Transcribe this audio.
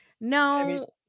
No